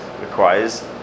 requires